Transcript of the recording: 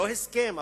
לא הסכם,